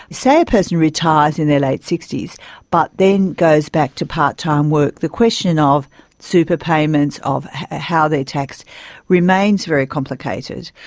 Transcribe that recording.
say a person retires in their late sixty s but then goes back to part-time work, the question of super payments, of ah how they are taxed remains very complicated.